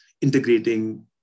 integrating